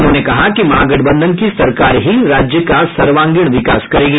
उन्होंने कहा कि महागठबंधन की सरकार ही राज्य का सर्वांगीण विकास करेगी